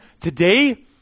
today